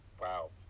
wow